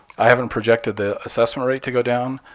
i haven't projected the assessment rate to go down.